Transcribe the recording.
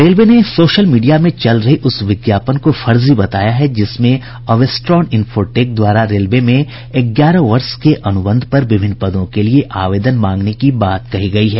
railway ने social media में चल रहे उस विज्ञापन को फर्जी बताया है जिसमें अवेस्ट्रान इन्फोटेक द्वारा रेलवे में ग्यारह वर्ष के अनुबंध पर विभिन्न पदों के लिये आवेदन मांगने की बात कही गयी है